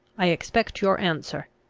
i expect your answer.